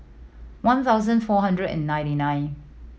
one thousand four hundred and ninety nine